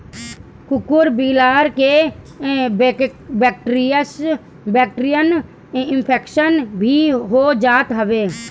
कुकूर बिलार के बैक्टीरियल इन्फेक्शन भी हो जात हवे